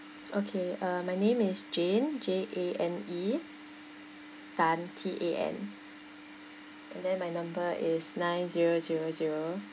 okay uh my name is jane J A N E tan T A N and then my number is nine zero zero zero